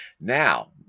Now